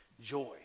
joy